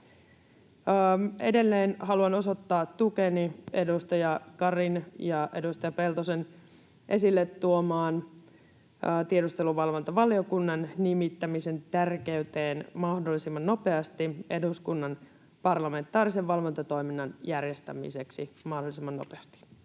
Edelleen haluan osoittaa tukeni edustaja Karin ja edustaja Peltosen esille tuomaan tiedusteluvalvontavaliokunnan nimittämisen tärkeyteen eduskunnan parlamentaarisen valvontatoiminnan järjestämiseksi mahdollisimman nopeasti.